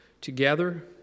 together